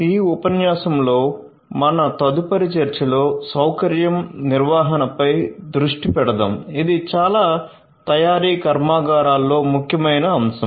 ఈ ఉపన్యాసంలో మన తదుపరి చర్చ లో సౌకర్యం నిర్వహణ పై దృష్టి పెడదాం ఇది చాలా తయారీ కర్మాగారాలలో ముఖ్యమైన అంశం